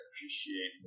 appreciate